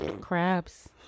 crabs